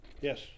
yes